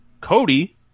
Cody